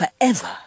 forever